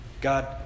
God